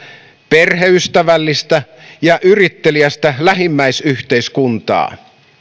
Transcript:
perheystävällistä ja yritteliästä lähimmäisyhteiskuntaa